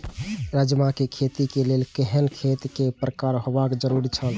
राजमा के खेती के लेल केहेन खेत केय प्रकार होबाक जरुरी छल?